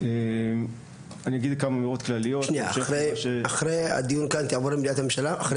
אחרי הדיון כאן תעבור למליאת הממשלה?